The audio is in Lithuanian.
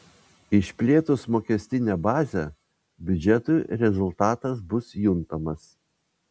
išplėtus mokestinę bazę biudžetui rezultatas bus juntamas